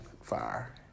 fire